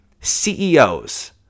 CEOs